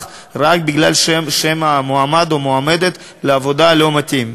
רק מפני ששם המועמד או המועמדת לעבודה לא מתאים.